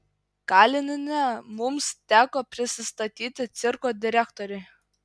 kalinine mums teko prisistatyti cirko direktoriui